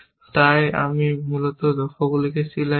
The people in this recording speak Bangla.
তাই আমি মূলত লক্ষ্যগুলোকে সিরিয়ালাইজ করি